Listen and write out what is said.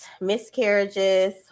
miscarriages